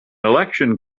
election